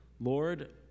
Lord